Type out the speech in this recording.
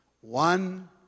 One